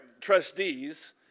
trustees